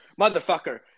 motherfucker